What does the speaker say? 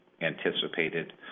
anticipated